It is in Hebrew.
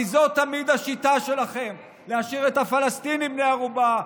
כי זאת תמיד השיטה שלכם: להשאיר את הפלסטינים בני ערובה,